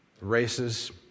Races